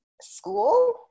school